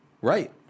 right